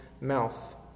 mouth